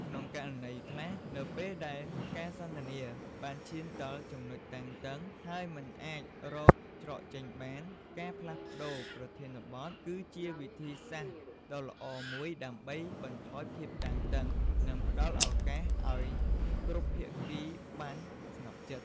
ក្នុងករណីខ្លះ នៅពេលដែលការសន្ទនាបានឈានដល់ចំណុចតានតឹង ហើយមិនអាចរកច្រកចេញបាន ការផ្លាស់ប្ដូរប្រធានបទ គឺជាវិធីសាស្រ្តដ៏ល្អមួយដើម្បីបន្ថយភាពតានតឹង និងផ្តល់ឱកាសឲ្យគ្រប់ភាគីបានស្ងប់ចិត្ត។